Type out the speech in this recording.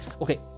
okay